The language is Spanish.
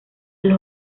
los